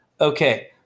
Okay